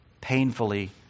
Painfully